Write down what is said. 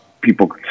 people